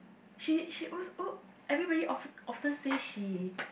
she she always everybody of often say she